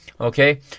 Okay